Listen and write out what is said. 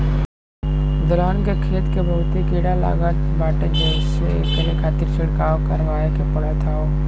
दलहन के खेत के बहुते कीड़ा लागत बाटे जेसे एकरे खातिर छिड़काव करवाए के पड़त हौ